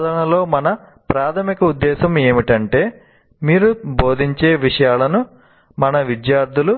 బోధనలో మన ప్రాధమిక ఉద్దేశ్యం ఏమిటంటే మీరు బోధించే విషయాలను మన విద్యార్థులు